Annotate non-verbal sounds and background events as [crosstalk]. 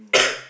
[coughs]